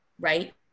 right